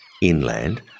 inland